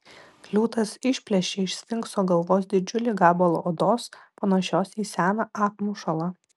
liūtas išplėšė iš sfinkso galvos didžiulį gabalą odos panašios į seną apmušalą